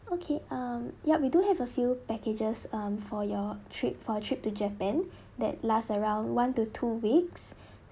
okay um yup we do have a few packages hm for your trip for your trip to japan that last around one to two weeks